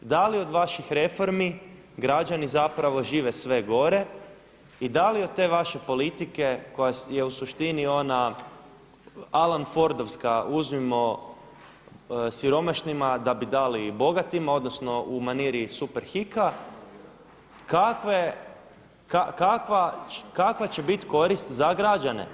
Da li od vaših reformi građani zapravo žive sve gore i da li od te vaše politike koja je u suštini ona Alan Fordovska uzmimo siromašnima da bi dali bogatima odnosno u maniri Super Hika, kakve će biti korist za građane?